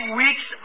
weeks